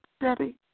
Debbie